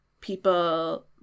people